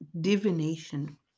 divination